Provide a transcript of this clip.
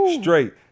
straight